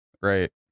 right